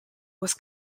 was